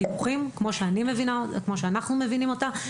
כמו שאנחנו מבינים את מטרת סעיף הדיווחים,